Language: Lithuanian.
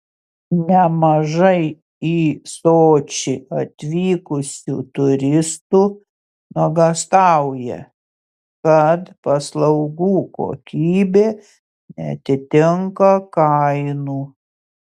nemažai į sočį atvykusių turistų nuogąstauja kad paslaugų kokybė neatitinka kainų